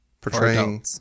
portraying